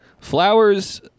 Flowers